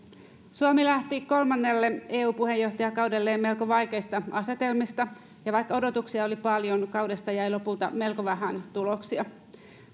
suomi lähti kolmannelle eu puheenjohtajakaudelleen melko vaikeista asetelmista ja vaikka odotuksia oli paljon kaudesta jäi lopulta melko vähän tuloksia